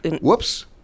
Whoops